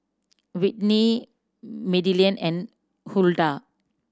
Whitney Madilynn and Huldah